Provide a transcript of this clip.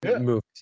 movies